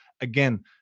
again